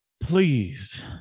Please